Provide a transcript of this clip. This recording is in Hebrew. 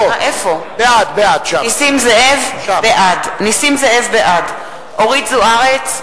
בעד אורית זוארץ,